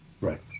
Right